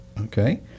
Okay